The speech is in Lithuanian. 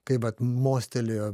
kai vat mostelėjo